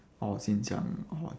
orh xinjiang !wah!